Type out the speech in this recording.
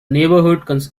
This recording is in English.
neighborhood